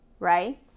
right